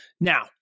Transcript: Now